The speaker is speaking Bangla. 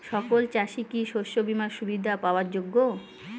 সকল চাষি কি শস্য বিমার সুবিধা পাওয়ার যোগ্য?